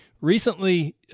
Recently